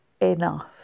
enough